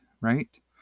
right